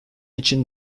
için